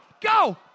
go